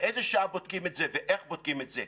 באיזו שעה בודקים את זה ואיך בודקים את זה.